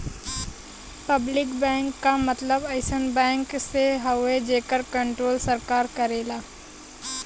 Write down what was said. public bank क मतलब अइसन बैंक से हउवे जेकर कण्ट्रोल सरकार करेला